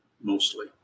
mostly